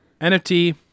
NFT